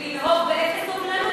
עכשיו זו הנוכחית.